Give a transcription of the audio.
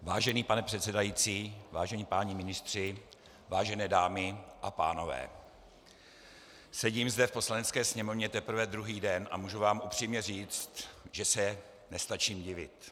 Vážený pane předsedající, vážení páni ministři, vážené dámy a pánové, sedím zde v Poslanecké sněmovně teprve druhý den a můžu vám upřímně říct, že se nestačím divit.